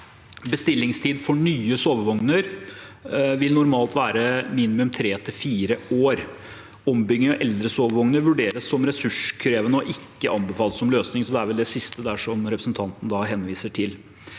Bestillingstid for nye sovevogner vil normalt være minimum 3–4 år. Ombygging av eldre sovevogner vurderes som ressurskrevende og er ikke anbefalt som løsning. Det er vel det siste representanten henviser til.